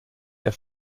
der